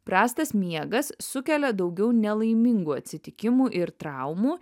prastas miegas sukelia daugiau nelaimingų atsitikimų ir traumų